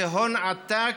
זה הון עתק.